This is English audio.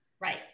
Right